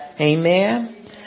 Amen